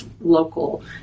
local